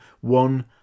one